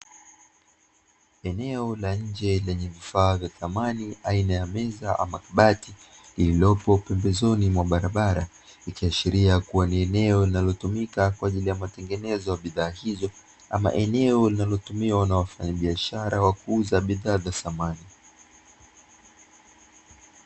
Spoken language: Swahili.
Eneo la njee lenye vifaa vya samani, aina ya meza ama makabati iliyope pembezone mwa barabara ikiashiria ni eneo linalotumika kwaajili ya matengenezo ya bidhaa hizo, ama eneo linalotumiwa na wafanyabishara kwaajili ya kuuza bidhaa za samani.